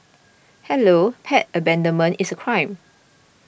hello pet abandonment is a crime